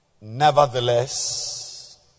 Nevertheless